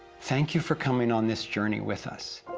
thank you for coming on this journey with us!